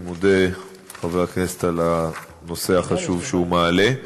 אני מודה לחבר הכנסת על הנושא החשוב שהוא מעלה.